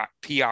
PR